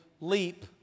leap